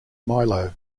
milo